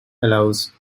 allows